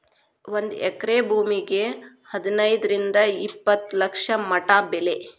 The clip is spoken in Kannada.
ಒಂದ ಎಕರೆ ಭೂಮಿಗೆ ಹದನೈದರಿಂದ ಇಪ್ಪತ್ತ ಲಕ್ಷ ಮಟಾ ಬೆಲೆ